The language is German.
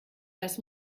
das